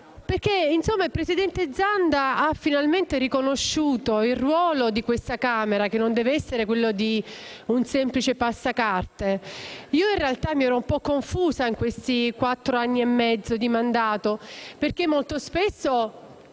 Zanda. Il presidente Zanda ha finalmente riconosciuto il ruolo di questa Camera, che non deve essere quello di un semplice passacarte. In realtà, io mi ero un po' confusa in questi quattro anni e mezzo di mandato perché di fatto,